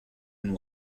and